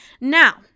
now